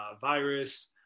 virus